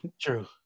True